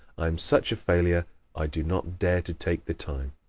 i am such a failure i do not dare to take the time.